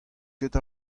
ket